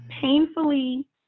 painfully